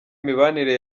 imibanire